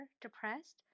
depressed